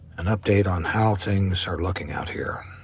an update on how things are looking out here.